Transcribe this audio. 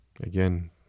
Again